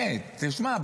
תשמע,